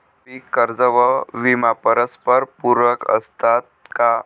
पीक कर्ज व विमा परस्परपूरक असतात का?